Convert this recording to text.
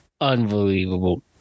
Unbelievable